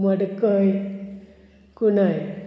मडकय कुंडय